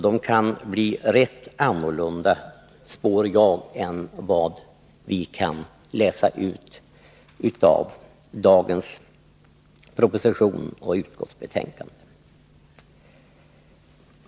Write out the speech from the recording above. De kan blir rätt annorlunda, spår jag, än vad vi kan läsa ut i dagens proposition och utskottsbetänkande.